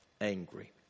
angry